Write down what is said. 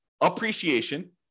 appreciation